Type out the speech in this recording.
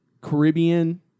Caribbean